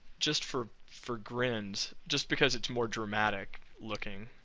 just for for grins just because it's more dramatic looking